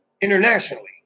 internationally